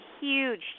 huge